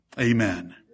Amen